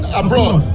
abroad